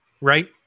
right